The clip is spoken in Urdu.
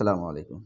اسلام علیکم